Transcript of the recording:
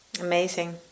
Amazing